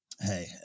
Hey